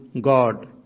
God